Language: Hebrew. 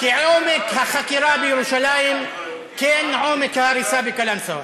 כעומק החקירה בירושלים כן עומק ההריסה בקלנסואה.